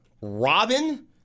Robin